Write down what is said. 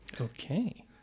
okay